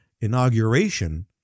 inauguration